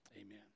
amen